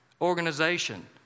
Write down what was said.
organization